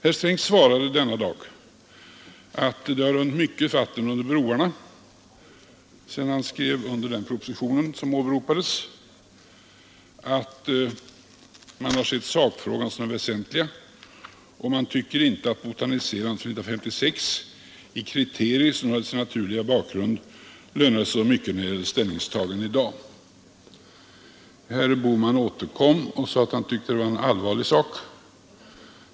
Herr Sträng svarade denna dag att det hade runnit mycket vatten under broarna sedan han skrev under den proposition som åberopades, att man hade sett sakfrågan som den väsentliga och att man inte tyckte att botaniserandet i kriterier från 1956 som hade sin naturliga bakgrund lönade sig så mycket när det gällde ställningstaganden i dag. Herr Bohman återkom och sade att han tyckte att detta var en allvarlig sak.